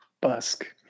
Busk